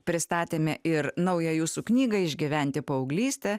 pristatėme ir naują jūsų knygą išgyventi paauglystę